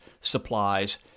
supplies